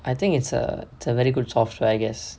I think it's a it's a very good software I guess